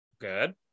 Good